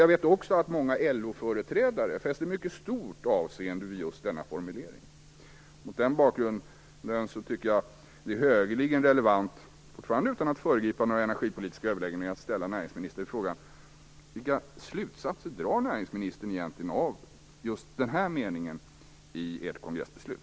Jag vet också att många LO företrädare fäste ett mycket stort avseende vid denna formulering. Mot den bakgrunden tycker jag - utan att föregripa några energipolitiska energiöverläggningar - att det är högeligen relevant att ställa näringsministern frågan: Vilka slutsatser drar näringsministern egentligen av just den här meningen i ert kongressbeslut?